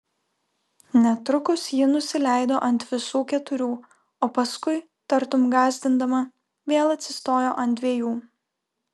netrukus ji nusileido ant visų keturių o paskui tartum gąsdindama vėl atsistojo ant dviejų